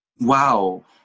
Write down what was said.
Wow